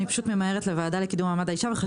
אני ממהרת לוועדה לקידום מעמד האישה.